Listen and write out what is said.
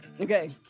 Okay